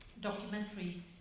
documentary